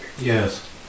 Yes